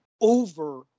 over